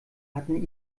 hatten